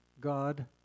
God